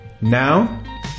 Now